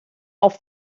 auf